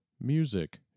music